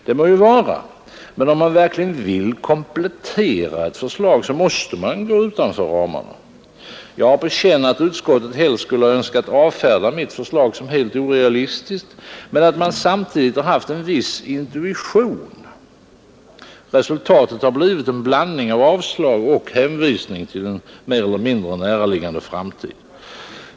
Det må så vara, men om man verkligen vill komplettera ett förslag måste man gå utanför ramarna. Jag har på känn att utskottet helst skulle ha önskat avfärda mitt förslag som helt orealistiskt men att man samtidigt haft en viss intuition. Resultatet har blivit en blandning av avslag och hänvisning till en mer eller mindre näraliggande framtid.